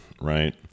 right